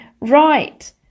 Right